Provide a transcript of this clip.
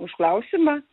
už klausimą